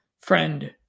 friend